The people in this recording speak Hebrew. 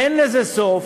אין לזה סוף.